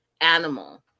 animal